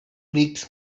creaks